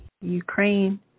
Ukraine